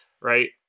right